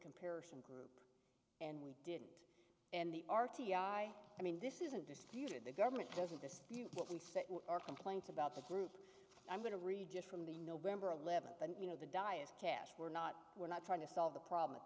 comparison group and we didn't and the r t i i mean this isn't disputed the government doesn't this these are complaints about the group i'm going to read just from the november eleventh and you know the die is cash we're not we're not trying to solve the problem at